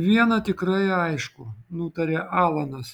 viena tikrai aišku nutarė alanas